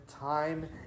time